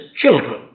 children